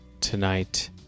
tonight